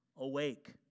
awake